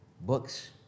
books